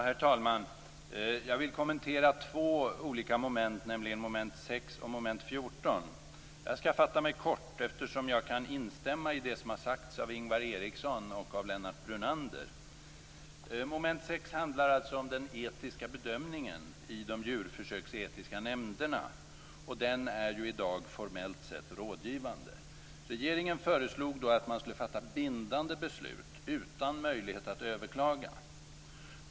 Herr talman! Jag vill kommentera två olika moment, nämligen mom. 6 och mom. 14. Jag skall fatta mig kort, eftersom jag kan instämma i det som har sagts av Ingvar Eriksson och Lennart Brunander. Mom. 6 handlar om den etiska bedömningen i de djurförsöksetiska nämnderna. Denna är i dag, formellt sett, rådgivande. Regeringen har föreslagit att nämnderna skulle fatta bindande beslut utan möjlighet att överklaga.